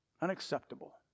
Unacceptable